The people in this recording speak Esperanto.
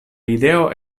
ideo